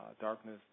Darkness